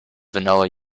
vanilla